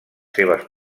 seves